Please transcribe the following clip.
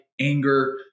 anger